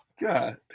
God